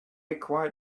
acquired